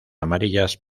amarillas